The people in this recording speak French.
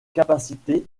capacité